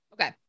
Okay